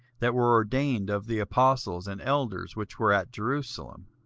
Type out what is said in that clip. that were ordained of the apostles and elders which were at jerusalem.